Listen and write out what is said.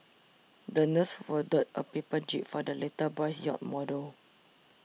the nurse folded a paper jib for the little boy's yacht model